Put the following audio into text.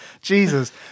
Jesus